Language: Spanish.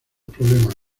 problemas